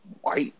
white